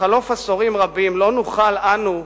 בחלוף עשורים רבים לא נוכל, אנו,